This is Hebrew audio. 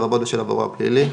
לרבות בשל עברו הפלילי,